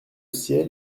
ciel